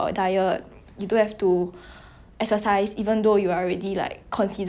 ya I think !wah! 真的不可以 like every time I see that I get very angry